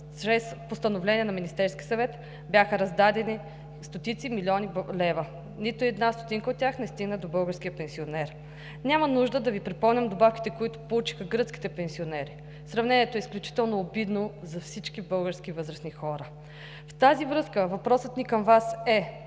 чрез постановление на Министерския съвет бяха раздадени стотици милиони лева. Нито една стотинка от тях не стигна до българския пенсионер. Няма нужда да Ви припомням добавките, които получиха гръцките пенсионери. Сравнението е изключително обидно за всички български възрастни хора. В тази връзка въпросът ни към Вас е: